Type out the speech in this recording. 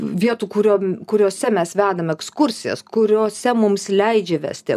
vietų kuriom kuriose mes vedame ekskursijas kuriose mums leidžia vesti